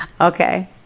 Okay